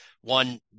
One